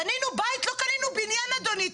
קנינו בית, לא קנינו בניין אדוני.